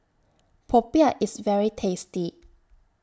Popiah IS very tasty